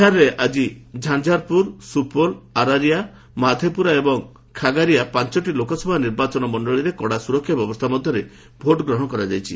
ବିହାରରେ ଆଜି ଝାଞ୍ଝାରପୁର ସୁପୋଲ ଆରାରିଆ ମାଧେପୁରା ଏବଂ ଖାଗାରିଆ ପାଞ୍ଚଟି ଲୋକସଭା ନିର୍ବାଚନ ମଣ୍ଡଳୀରେ କଡ଼ା ସୁରକ୍ଷା ବ୍ୟବସ୍ଥା ମଧ୍ୟରେ ଭୋଟ୍ ଗ୍ରହଣ କରାଯାଇଛି